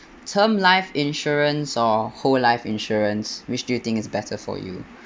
term life insurance or whole life insurance which do you think is better for you